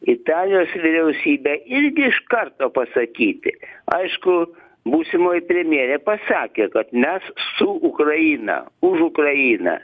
italijos vyriausybė irgi iš karto pasakyti aišku būsimoji premjerė pasakė kad mes su ukraina už ukrainą